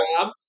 job